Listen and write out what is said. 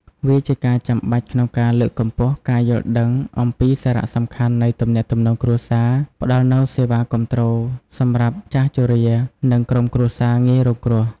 វាជាការចាំបាច់ក្នុងការលើកកម្ពស់ការយល់ដឹងអំពីសារៈសំខាន់នៃទំនាក់ទំនងគ្រួសារ ផ្ដល់នូវសេវាគាំទ្រសម្រាប់ចាស់ជរា និងក្រុមគ្រួសារងាយរងគ្រោះ។